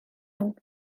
iawn